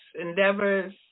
Endeavors